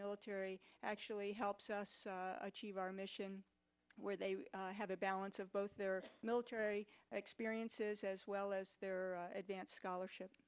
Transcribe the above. military actually helps us achieve our mission where they have a balance of both their military experiences as well as their advance scholarship